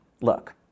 look